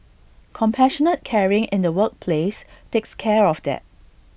compassionate caring in the workplace takes care of that